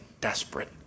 desperate